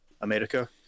America